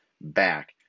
back